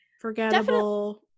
forgettable